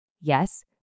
Yes